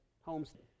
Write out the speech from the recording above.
Homestead